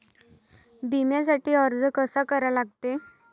बिम्यासाठी अर्ज कसा करा लागते?